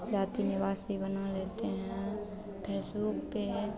जाति निवास भी बना लेते हैं फेसबुक पर